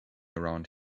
around